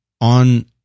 on